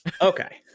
Okay